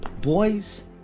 Boys